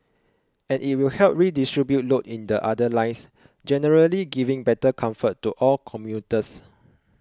and it will help redistribute load in the other lines generally giving better comfort to all commuters